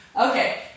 Okay